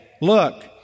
look